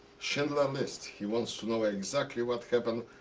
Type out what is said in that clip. schindler's list. he wants to know exactly what happened,